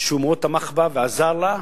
שהוא מאוד תמך בה ועזר לה.